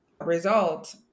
result